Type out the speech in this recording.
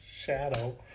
shadow